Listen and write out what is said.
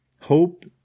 hope